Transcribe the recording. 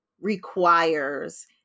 requires